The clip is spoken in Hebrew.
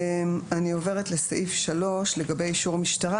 אני עוברת לסעיף 3, לגבי אישור המשטרה.